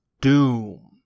Doom